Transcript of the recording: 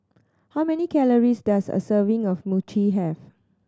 how many calories does a serving of Mochi have